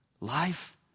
Life